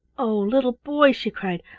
oh, little boy! she cried,